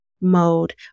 mode